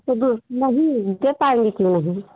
यह तो नहीं के लिए होगी